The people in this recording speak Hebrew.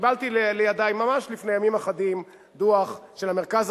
קיבלתי לידי ממש לפני ימים אחדים דוח של המרכז